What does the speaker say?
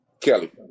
Kelly